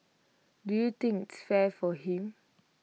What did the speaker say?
do you think its fair for him